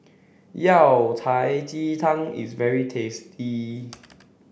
Yao Cai Ji Tang is very tasty